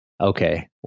okay